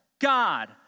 God